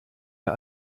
der